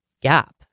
gap